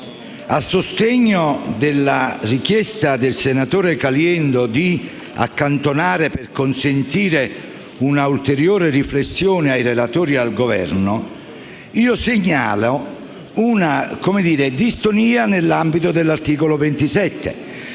a sostegno della richiesta del senatore Caliendo di accantonare l'emendamento per consentire una ulteriore riflessione ai relatori e al Governo, io segnalo una distonia nell'ambito dell'articolo 27.